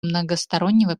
многостороннего